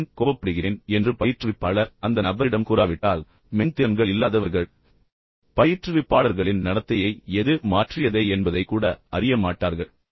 நான் ஏன் கோபப்படுகிறேன் என்று பயிற்றுவிப்பாளர் அந்த நபரிடம் கூறாவிட்டால் மென் திறன்கள் இல்லாதவர்கள் பயிற்றுவிப்பாளர்களின் நடத்தையை எது மாற்றியதை என்பதை கூட அறிய மாட்டார்கள்